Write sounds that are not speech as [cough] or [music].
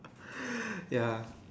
[breath] ya